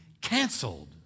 canceled